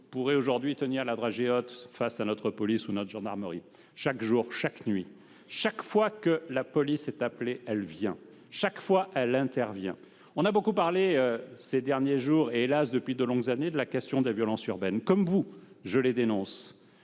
voyous tiennent aujourd'hui la dragée haute à notre police où à notre gendarmerie. Chaque jour, chaque nuit, chaque fois que la police est appelée, elle vient. Chaque fois, elle intervient. On a beaucoup évoqué ces derniers jours, comme hélas depuis de longues années, la question des violences urbaines. Comme vous, je les dénonce,